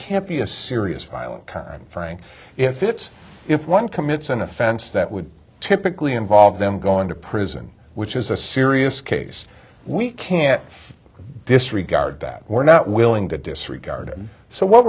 can't be a serious violent crime frankly if it's if one commits an offense that would typically involve them going to prison which is a serious case we can't disregard that we're not willing to disregard and so what